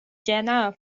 جناب